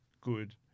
good